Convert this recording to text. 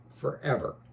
forever